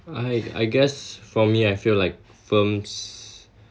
I I guess for me I feel like films